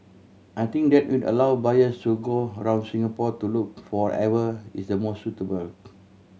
I think that will allow buyers to go around Singapore to look for ever is the most suitable